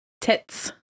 Tits